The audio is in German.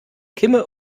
kimme